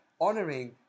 honoring